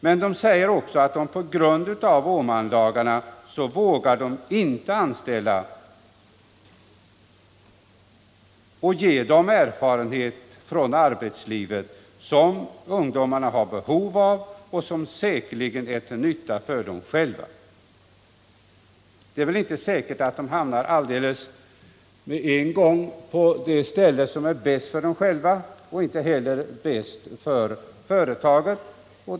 Men företagarna säger att de på grund av Åmanlagarna inte vågar anställa ungdomarna och ge dem den erfarenhet från arbetslivet som ungdomarna har behov av och som säkerligen är till nytta för dem själva. Det är väl inte säkert att ungdomarna med en gång hamnar på de ställen som är bäst för dem själva eller för företagen.